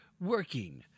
working